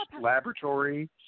Laboratory